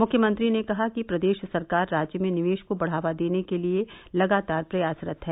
मुख्यमंत्री ने कहा कि प्रदेश सरकार राज्य में निवेश को बढ़ावा देने के लिए लगातार प्रयासरत है